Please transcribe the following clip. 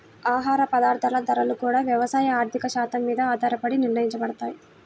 ఆహార పదార్థాల ధరలు గూడా యవసాయ ఆర్థిక శాత్రం మీద ఆధారపడే నిర్ణయించబడతయ్